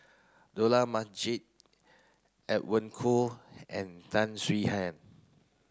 Dollah Majid Edwin Koo and Tan Swie Hian